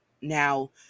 now